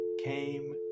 came